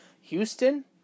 Houston